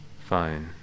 Fine